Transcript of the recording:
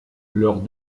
leurs